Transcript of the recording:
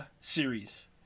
Series